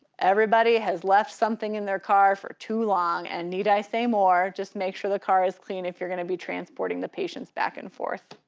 everybody has left something in their car for too long and need i say more, just make sure the car is clean if you're gonna be transporting the patients back and forth.